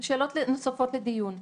נוספות לדיון.